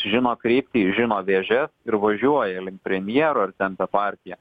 žino kryptį žino vėžes ir važiuoja link premjero ir tempia partiją